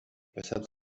weshalb